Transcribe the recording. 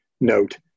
note